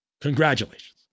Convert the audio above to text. Congratulations